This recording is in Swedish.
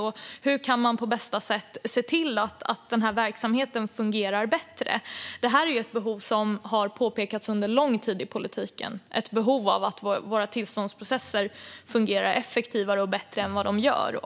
Hur kan man på bästa sätt se till att den här verksamheten fungerar bättre? Detta är ett behov som har påpekats under lång tid i politiken: behovet av att våra tillståndsprocesser fungerar bättre och effektivare än vad de gör.